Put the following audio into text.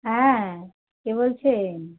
হ্যাঁ কে বলছেন